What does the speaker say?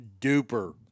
duper